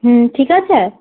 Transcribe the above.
হুম ঠিক আছে